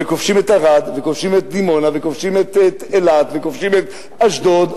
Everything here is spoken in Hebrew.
וכובשים את ערד וכובשים את דימונה וכובשים את אילת וכובשים את אשדוד,